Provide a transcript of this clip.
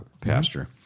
pastor